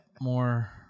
more